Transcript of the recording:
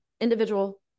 individual